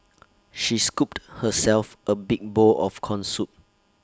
she scooped herself A big bowl of Corn Soup